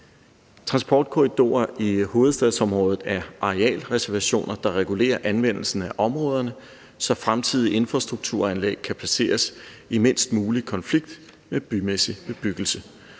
Transportkorridorer i hovedstadsområdet er arealreservationer, der regulerer anvendelsen af områderne, så fremtidige infrastrukturanlæg kan placeres i mindst mulig konflikt med bymæssig bebyggelse.